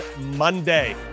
Monday